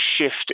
shift